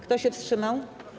Kto się wstrzymał?